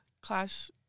class